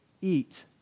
eat